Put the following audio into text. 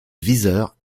viseur